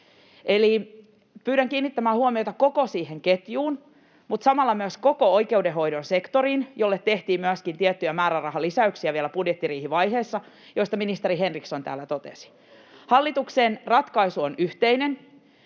Eli pyydän kiinnittämään huomiota koko siihen ketjuun, mutta samalla myös koko oikeudenhoidon sektoriin, jolle tehtiin myöskin tiettyjä määrärahalisäyksiä vielä budjettiriihivaiheessa, joista ministeri Henriksson täällä totesi. [Tom Packalén: Ja vastaus kysymykseen